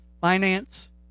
finance